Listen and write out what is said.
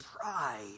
pride